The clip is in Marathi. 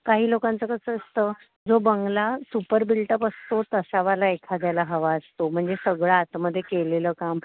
काही लोकांचं कसं असतं जो बंगला सुपर बिल्टअप असतो तसावाला एखाद्याला हवा असतो म्हणजे सगळं आतमध्ये केलेलं काम